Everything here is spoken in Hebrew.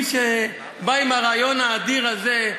מי שבא עם הרעיון האדיר הזה,